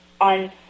on